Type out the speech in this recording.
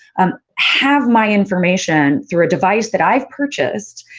um have my information through a device that i've purchased,